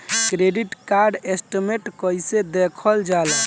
Credit card statement कइसे देखल जाला?